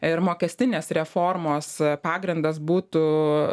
ir mokestinės reformos pagrindas būtų